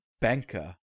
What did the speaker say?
banker